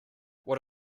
what